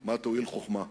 מה תועיל חוכמה,